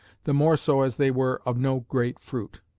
the more so as they were of no great fruit.